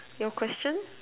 your question